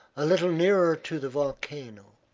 a little nearer to the volcano,